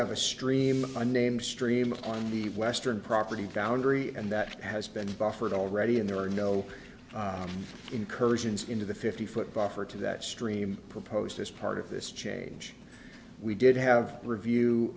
have a stream a name street on the western property foundry and that has been buffered already and there are no incursions into the fifty foot buffer to that stream proposed as part of this change we did have a review